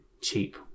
cheap